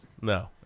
No